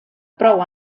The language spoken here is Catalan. prou